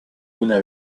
una